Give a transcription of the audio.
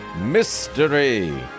mystery